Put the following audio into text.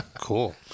Cool